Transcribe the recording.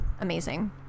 amazing